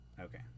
Okay